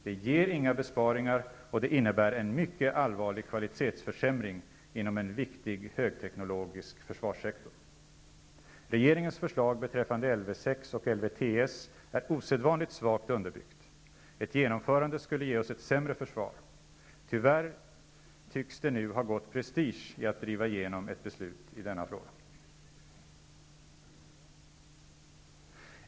Det ger inga besparingar, och det innebär en mycket allvarlig kvalitetsförsämring inom en viktig högteknologisk försvarssektor. Regeringens förslag beträffande Lv 6 och LvTS är osedvanligt svagt underbyggt. Ett genomförande skulle ge oss ett sämre försvar. Tyvärr tycks det nu ha gått prestige i att driva igenom ett beslut i denna fråga.